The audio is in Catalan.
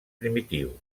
primitiu